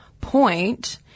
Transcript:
point